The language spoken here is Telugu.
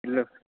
ఇల్లు